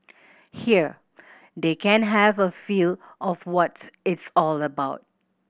here they can have a feel of what it's all about